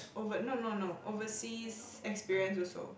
over no no no overseas experience also